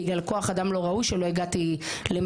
בגלל כוח אדם לא ראוי שלא הגעתי למקום